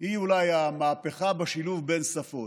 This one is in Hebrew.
אדוני היושב-ראש,